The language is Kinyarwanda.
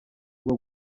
bwo